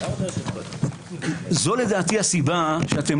זו הסיבה לדעתי,